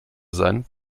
sein